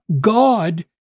God